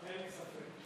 אין לי ספק.